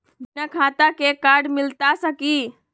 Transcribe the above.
बिना खाता के कार्ड मिलता सकी?